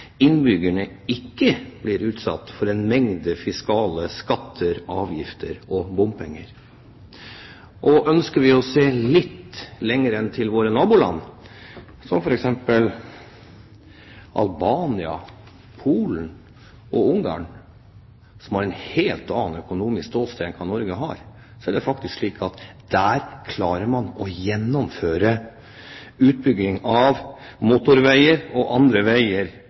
innbyggerne ikke blir utsatt for en mengde fiskale skatter, avgifter og bompenger. Ønsker vi å se litt lenger enn til våre naboland, som f.eks. Albania, Polen og Ungarn, som har et helt annet økonomisk ståsted enn det Norge har, er det faktisk slik at der klarer man å gjennomføre utbygging av motorveier og andre veier